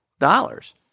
dollars